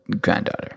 granddaughter